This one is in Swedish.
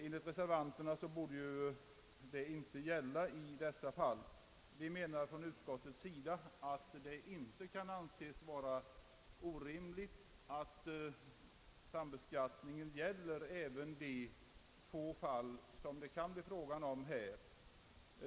Enligt reservanterna borde sambeskattning inte gälla i sådana fall. Vi menar inom utskottet att det inte kan anses orimligt att sambeskattningen gäller även de få fall som det här kan bli fråga om.